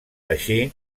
així